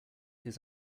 his